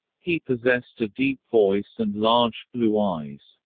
he possessed a deep voice and large blue eyes.